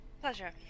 Pleasure